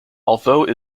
although